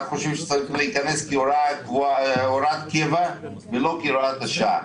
אנחנו חושבים שזה צריך להיכנס כהוראת קבע ולא כהוראת שעה.